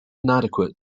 inadequate